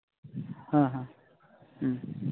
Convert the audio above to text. ᱦᱮᱸ ᱦᱮᱸ